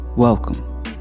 Welcome